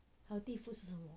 which is